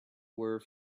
were